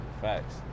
facts